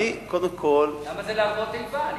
קודם כול, למה זה להרבות איבה?